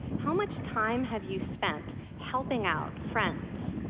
how much time have you spent helping out friends,